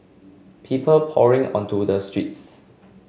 people pouring onto the streets